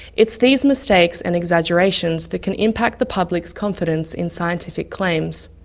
it's these mistakes and exaggerations that can impact the publics' confidence in scientific claims.